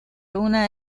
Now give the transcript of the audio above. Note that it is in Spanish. una